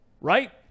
right